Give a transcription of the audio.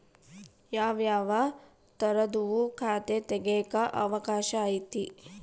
ಯಾವ್ಯಾವ ತರದುವು ಖಾತೆ ತೆಗೆಕ ಅವಕಾಶ ಐತೆ?